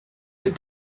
that